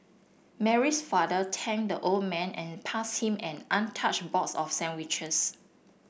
Mary's father thanked the old man and passed him an untouched box of sandwiches